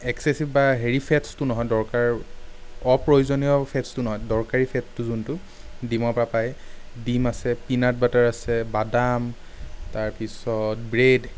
excessive বা হেৰি ফেটছটো নহয় দৰকাৰ অপ্ৰয়োজনীয় ফেটছটো নহয় দৰকাৰী ফেটটো যোনটো ডিমৰ পৰা পায় ডিম আছে পিনাট বাটাৰ আছে বাদাম তাৰ পিছত ব্ৰেড